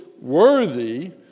worthy